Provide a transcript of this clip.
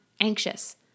anxious